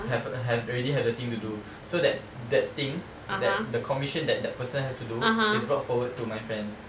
have have already have the thing to do so that that thing that the commission that the person has to do is brought forward to my friend